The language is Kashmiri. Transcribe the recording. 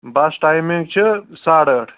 بَس ٹایمِنٛگ چھِ ساڑٕ ٲٹھ